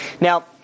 Now